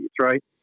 right